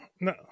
no